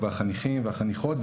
החניכים והחניכות,